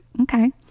okay